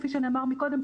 כפי שנאמר קודם,